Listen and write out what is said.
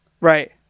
Right